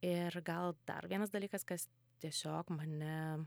ir gal dar vienas dalykas kas tiesiog mane